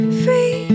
free